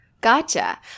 gotcha